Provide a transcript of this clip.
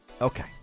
okay